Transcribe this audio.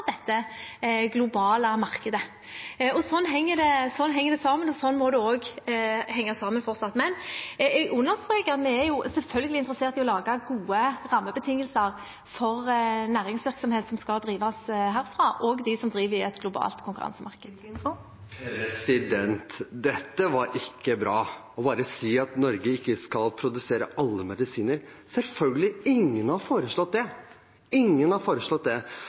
dette globale markedet. Sånn henger det sammen, og sånn må det henge sammen fortsatt. Men jeg understreker at vi selvfølgelig er interessert i å lage gode rammebetingelser for næringsvirksomhet som skal drives herfra, også de som driver i et globalt konkurransemarked. Dette var ikke bra – bare å si at Norge ikke skal produsere alle medisiner. Selvfølgelig – ingen har foreslått det. Ingen har foreslått det.